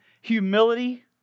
humility